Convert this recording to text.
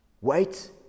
Wait